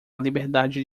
liberdade